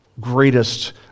greatest